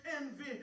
envy